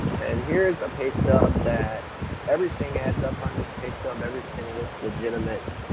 and here's a pay stub that everything adds up on this pay stub, everything looks legitimate,